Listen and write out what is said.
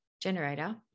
generator